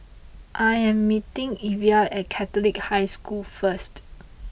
I am meeting Evia at Catholic High School first